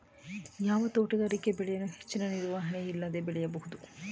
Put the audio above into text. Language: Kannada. ಯಾವ ತೋಟಗಾರಿಕೆ ಬೆಳೆಯನ್ನು ಹೆಚ್ಚಿನ ನಿರ್ವಹಣೆ ಇಲ್ಲದೆ ಬೆಳೆಯಬಹುದು?